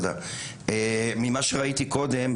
ממה שראיתי קודם,